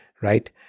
Right